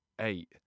eight